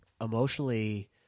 emotionally